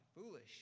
foolish